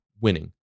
winning